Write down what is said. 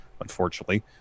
unfortunately